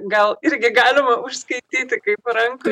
gal irgi galima užskaityti kaip rankų